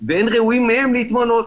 ואין ראויים מהם להתמנות.